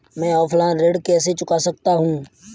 मैं ऑफलाइन ऋण कैसे चुका सकता हूँ?